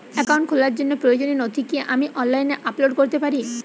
Account খোলার জন্য প্রয়োজনীয় নথি কি আমি অনলাইনে আপলোড করতে পারি?